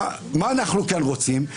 מה אנחנו כאן רוצים,